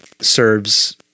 serves